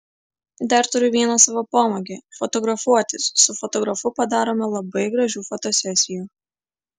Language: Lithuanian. dar turiu vieną savo pomėgį fotografuotis su fotografu padarome labai gražių fotosesijų